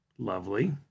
Lovely